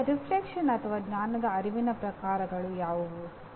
ಈಗ ಚಿಂತನ ಶಕ್ತಿ ಅಥವಾ ಜ್ಞಾನದ ಅರಿವಿನ ಪ್ರಕಾರಗಳು ಯಾವುವು